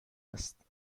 است